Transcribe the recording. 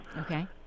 Okay